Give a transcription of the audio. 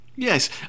Yes